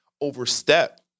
overstep